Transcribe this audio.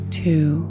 two